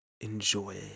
enjoy